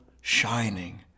shining